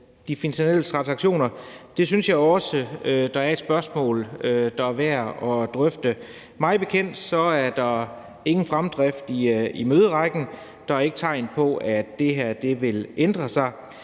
de finansielle transaktioner, synes jeg også er et spørgsmål, der er værd at drøfte. Mig bekendt er der ingen fremdrift i møderækken, der er ikke tegn på, at det her vil ændre sig,